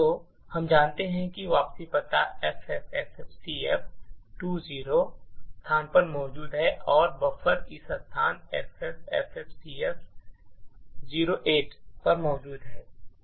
तो हम जानते हैं कि वापसी पता FFFFCF20 स्थान पर मौजूद है और बफर इस स्थान FFFFCF08 पर मौजूद है